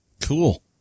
Cool